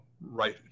right